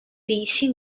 理性